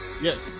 Yes